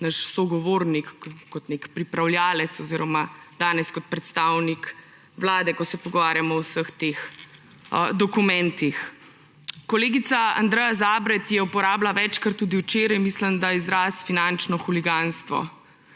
naš sogovornik; kot nek pripravljavec oziroma danes kot predstavnik Vlade, ko se pogovarjamo o vseh teh dokumentih. Kolegica Andreja Zabret je uporabila večkrat, mislim, da tudi včeraj, izraz finančno huliganstvo.